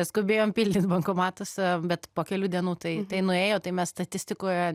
skubėjo pildyti bankomatus bet po kelių dienų tai tai nuėjo tai mes statistikoje